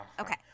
Okay